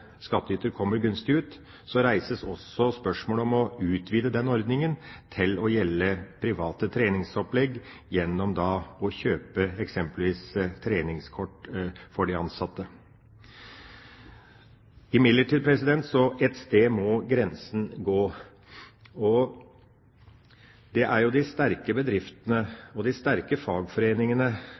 skattyter kommer gunstig ut, så reises også spørsmålet om å utvide den ordningen til å gjelde private treningsopplegg gjennom å kjøpe eksempelvis treningskort for de ansatte. Imidlertid må grensen settes et sted. Det er jo de sterke bedriftene og de sterke fagforeningene